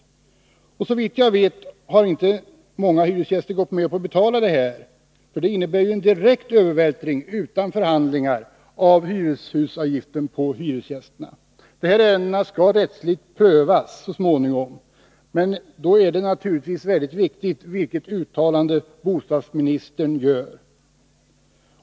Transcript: Såvitt jag vet har inte många hyresgäster gått med på att betala detta, eftersom det innebär en direkt övervältring, utan förhandlingar, av hyreshusavgiften på hyresgästerna. De här ärendena skall emellertid rättsligt prövas så småningom, och då är det naturligtvis mycket viktigt vilket uttalande bostadsministern gör.